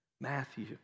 Matthew